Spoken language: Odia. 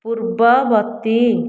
ପୂର୍ବବର୍ତ୍ତୀ